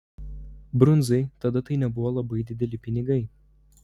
brundzai tada tai nebuvo labai dideli pinigai